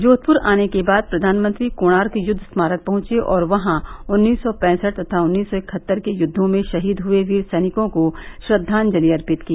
जोधपुर आने के बाद प्रधानमंत्री कोणार्क युद्व स्मारक पहुंचे और वहां उन्नीस सौ पैंसठ तथा उन्नीस सौ इकहत्तर के युद्वों में शहीद हुए वीर सैनिकों को श्रद्वांजलि अर्पित की